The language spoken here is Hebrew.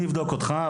אני אבדוק אותך.